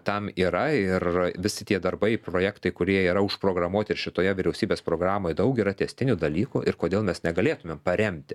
tam yra ir visi tie darbai projektai kurie yra užprogramuoti ir šitoje vyriausybės programoj daug yra tęstinių dalykų ir kodėl mes negalėtumėm paremti